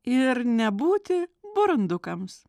ir nebūti burundukams